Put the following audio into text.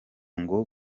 ngo